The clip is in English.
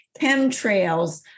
Chemtrails